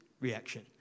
reaction